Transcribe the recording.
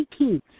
18